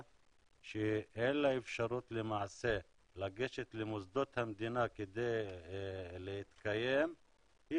שאין לה אפשרות לגשת למוסדות המדינה כדי להתקיים היא